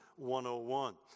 101